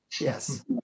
yes